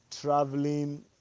traveling